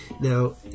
Now